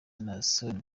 naasson